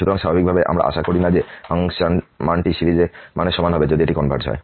সুতরাং স্বাভাবিকভাবেই আমরা আশা করি না যে ফাংশন মানটি সিরিজের মানের সমান হবে যদি এটি কনভারজ হয়